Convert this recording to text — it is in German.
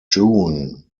june